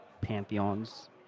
pantheons